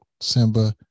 Simba